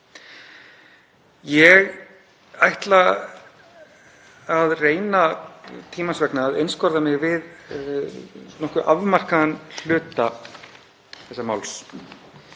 Ég ætla tímans vegna að reyna að einskorða mig við nokkuð afmarkaðan hluta þessa máls.